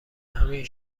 همین